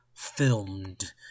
filmed